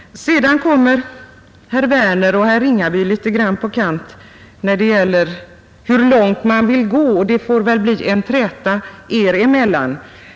Sedan kommer herrar Werner och Ringaby litet grand på kant med varandra när det gäller hur långt man vill gå, och det får väl bli en träta er emellan.